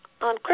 on